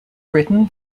written